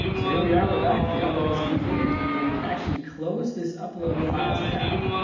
so here we are. we're back. the upload is completed. and we can actually close this upload files tab,